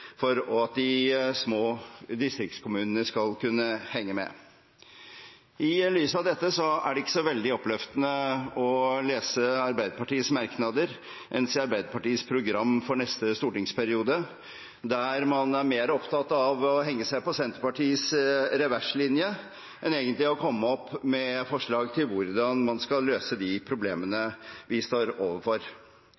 for at de små distriktskommunene skal kunne henge med. I lys av dette er det ikke så veldig oppløftende å lese Arbeiderpartiets merknader, enn si Arbeiderpartiets program for neste stortingsperiode, der man er mer opptatt av å henge seg på Senterpartiets reverslinje enn egentlig å komme opp med forslag til hvordan man skal løse de problemene